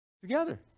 together